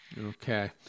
Okay